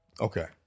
okay